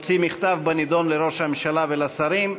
מכתב בנדון לראש הממשלה ולשרים.